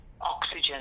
oxygen